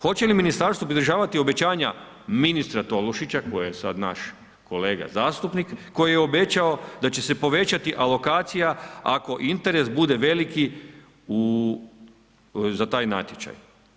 Hoće li ministarstvo održati obećanja ministra Tolušića koji je sada naš kolega zastupnik koji je obećao da će se povećati alokacija ako interes bude veliki za taj natječaj?